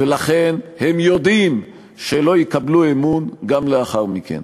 ולכן הם יודעים שלא יקבלו אמון גם לאחר מכן.